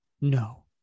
No